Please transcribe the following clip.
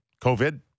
COVID